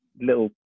little